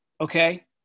okay